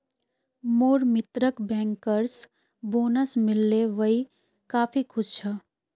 मोर मित्रक bankers bonus मिल ले वइ काफी खुश छ